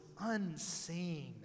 unseen